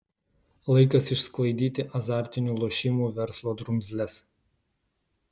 laikas išsklaidyti azartinių lošimų verslo drumzles